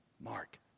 Mark